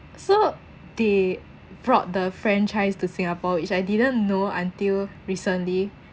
so they brought the franchise to singapore which I didn't know until recently